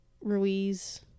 Ruiz